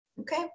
okay